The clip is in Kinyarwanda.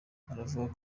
aravuga